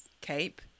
cape